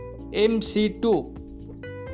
MC2